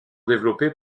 développés